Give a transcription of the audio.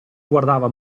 guardava